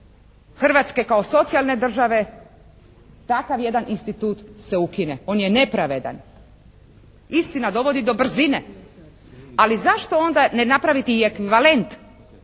Hrvatske kao socijalne države takav jedan institut se ukine, on je nepravedan. Istina, dovodi do brzine. Ali zašto onda ne napraviti i ekvivalent